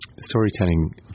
storytelling